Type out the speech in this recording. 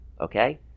Okay